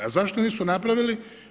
A zašto nisu napravili?